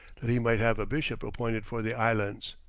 that he might have a bishop appointed for the islands.